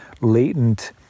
latent